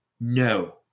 No